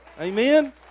Amen